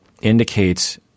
indicates